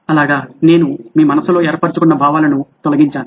అలాగా నేను మీ మనస్సులో ఏర్పర్చుకున్న భావాలను తొలగించాను